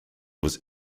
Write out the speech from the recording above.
was